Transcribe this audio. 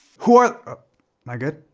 who are am i good?